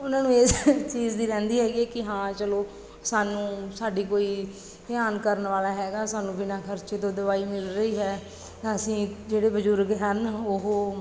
ਉਹਨਾਂ ਨੂੰ ਇਸ ਚੀਜ਼ ਦੀ ਰਹਿੰਦੀ ਹੈਗੀ ਕਿ ਹਾਂ ਚਲੋ ਸਾਨੂੰ ਸਾਡੀ ਕੋਈ ਧਿਆਨ ਕਰਨ ਵਾਲਾ ਹੈਗਾ ਸਾਨੂੰ ਬਿਨਾ ਖਰਚੇ ਤੋਂ ਦਵਾਈ ਮਿਲ ਰਹੀ ਹੈ ਅਸੀਂ ਜਿਹੜੇ ਬਜ਼ੁਰਗ ਹਨ ਉਹ